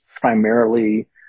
primarily